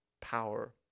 power